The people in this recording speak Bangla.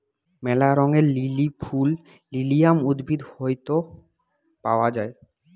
ম্যালা রঙের লিলি ফুল লিলিয়াম উদ্ভিদ হইত পাওয়া যায়